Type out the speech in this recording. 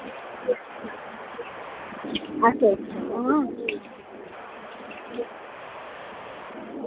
अच्छा अच्छा हां